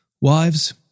Wives